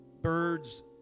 birds